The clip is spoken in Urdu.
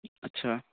اچھا